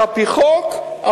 שעל-פי חוק,